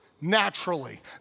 naturally